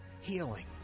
healing